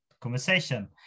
conversation